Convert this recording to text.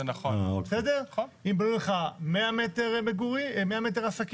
אם בנוי לך 100 מטר עסקים,